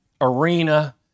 arena